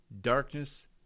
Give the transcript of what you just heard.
darkness